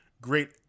great